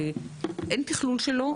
שאין תכלול שלו,